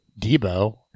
Debo